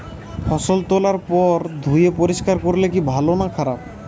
ফসল তোলার পর ধুয়ে পরিষ্কার করলে কি ভালো না খারাপ?